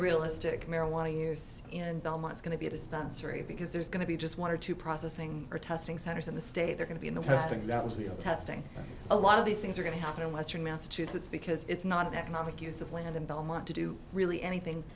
realistic marijuana use in belmont going to be a dispensary because there's going to be just one or two processing or testing centers in the state are going to be in the testing that was the testing a lot of these things are going to happen in western massachusetts because it's not an economic use of land and don't want to do really anything